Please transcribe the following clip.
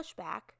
pushback